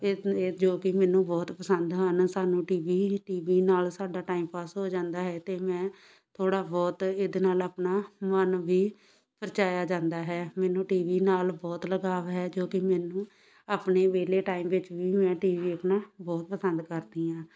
ਇ ਇ ਜੋ ਕਿ ਮੈਨੂੰ ਬਹੁਤ ਪਸੰਦ ਹਨ ਸਾਨੂੰ ਟੀ ਵੀ ਟੀ ਵੀ ਨਾਲ ਸਾਡਾ ਟਾਈਮਪਾਸ ਹੋ ਜਾਂਦਾ ਹੈ ਅਤੇ ਮੈਂ ਥੋੜ੍ਹਾ ਬਹੁਤ ਇਹਦੇ ਨਾਲ ਆਪਣਾ ਮਨ ਵੀ ਪਰਚਾਇਆ ਜਾਂਦਾ ਹੈ ਮੈਨੂੰ ਟੀ ਵੀ ਨਾਲ ਬਹੁਤ ਲਗਾਵ ਹੈ ਜੋ ਕਿ ਮੈਨੂੰ ਆਪਣੇ ਵਿਹਲੇ ਟਾਇਮ ਵਿੱਚ ਵੀ ਮੈਂ ਟੀ ਵੀ ਵੇਖਣਾ ਬਹੁਤ ਪਸੰਦ ਕਰਦੀ ਹਾਂ